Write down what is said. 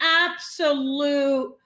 absolute